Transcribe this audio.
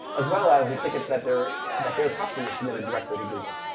as well as the tickets that their that their customers submitted directly to google.